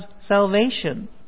salvation